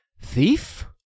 thief